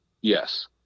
Yes